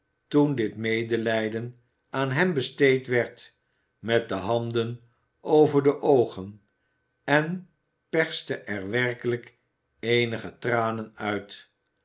toen dit medelijden aan hem besteed werd met de handen over de oogen en perste er werkelijk eenige tranen uit